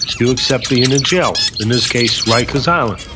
you accept being in in jail, in this case, rikers island.